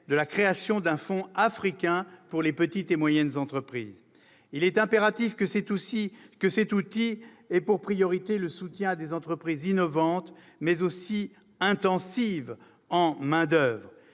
de la création d'un fonds africain pour les petites et moyennes entreprises. Il est impératif que cet outil ait pour priorité le soutien à des entreprises innovantes, mais aussi intensives en main-d'oeuvre.